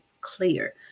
clear